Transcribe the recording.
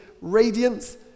radiance